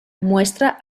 muestra